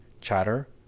chatter